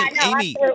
amy